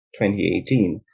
2018